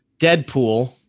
Deadpool